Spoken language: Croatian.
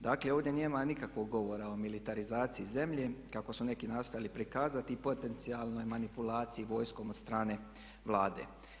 Dakle ovdje nema nikakvog govora o militarizaciji zemlje kako su neki nastojali prikazati i potencijalnoj manipulaciji vojskom od strane Vlade.